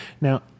Now